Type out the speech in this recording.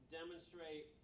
demonstrate